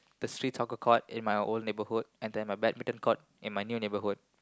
the street soccer court in my old neighbourhood and a badminton court in my new neighbourhood